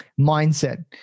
mindset